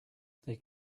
they